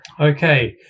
Okay